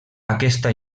aquesta